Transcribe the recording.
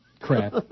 Crap